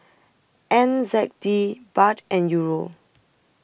N Z D Baht and Euro